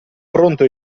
pronto